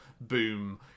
Boom